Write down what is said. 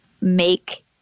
make